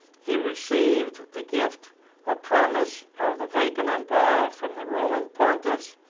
he received the gift or promise of the vacant empire from the roman pontiffs,